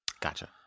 Gotcha